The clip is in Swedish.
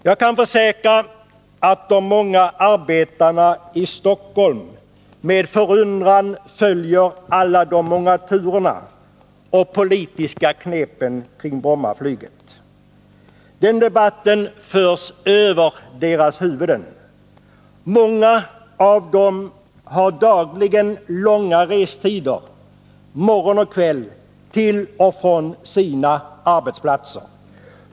Jag kan försäkra att de många arbetarna i Stockholm med förundran följer alla de många turerna och politiska knepen kring Brommaflyget. Den debatten förs över deras huvuden. Många av dem har dagligen långa restider morgon och kväll till och från sina arbetsplatser.